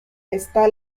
está